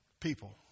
people